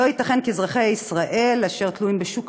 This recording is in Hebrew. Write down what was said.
לא ייתכן כי אזרחי ישראל אשר תלויים בשוק